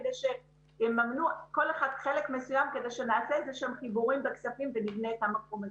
כדי שכל אחד יממן חלק מסוים ונבנה את המקום הזה.